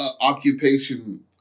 occupation